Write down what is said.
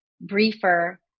briefer